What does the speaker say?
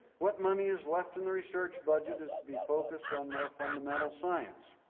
what money is left in the research budget is to be focused on more fundamental science,